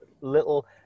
little